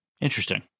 Interesting